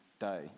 day